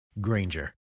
Granger